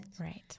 Right